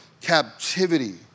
Captivity